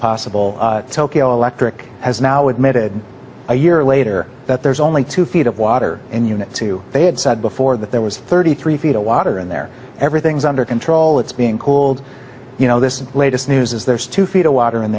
possible tokyo electric has now admitted a year later that there's only two feet of water in unit two they had said before that there was thirty three feet of water in there everything's under control it's being cooled you know this latest news is there's two feet of water